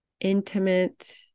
intimate